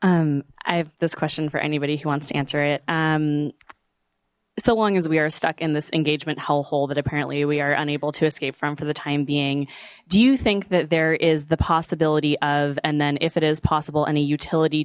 um i have this question for anybody who wants to answer it and so long as we are stuck in this engagement hellhole that apparently we are unable to escape from for the time being do you think that there is the possibility of and then if it is possible and a utility